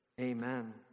amen